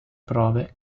prove